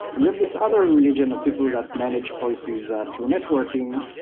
and you have this other religion of people that manage policies through networking.